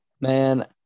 Man